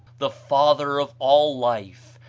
the father of all life,